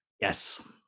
Yes